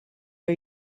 are